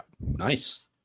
Nice